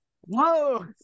Whoa